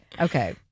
Okay